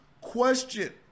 question